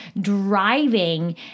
driving